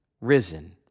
risen